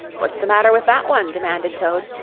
what's the matter with that one? demanded toad,